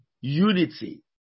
unity